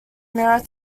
mirror